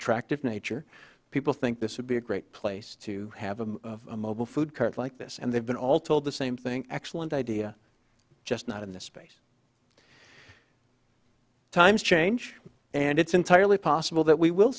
attractive nature people think this would be a great place to have a mobile food cart like this and they've been all told the same thing excellent idea just not in this space times change and it's entirely possible that we will